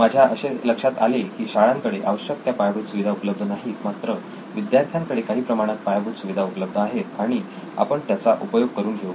माझ्या असे लक्षात आले की शाळांकडे आवश्यक त्या पायाभूत सुविधा उपलब्ध नाहीत मात्र विद्यार्थ्यांकडे काही प्रमाणात पायाभूत सुविधा उपलब्ध आहेत आणि आपण त्याचा उपयोग करून घेऊ